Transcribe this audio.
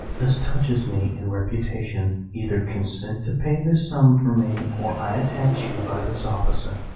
this touches me in reputation. either consent to pay this sum for me, or i attach you by this officer.